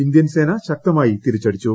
Indian സേന ശക്തമായി തിരിച്ചടിച്ചു